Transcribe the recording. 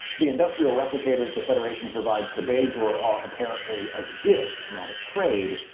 the industrial replicators the federation provides to bajor are apparently a gift, not a trade.